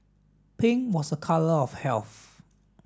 pink was a colour of health